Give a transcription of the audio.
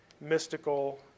mystical